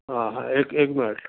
ہاں ہاں اک ایک منٹ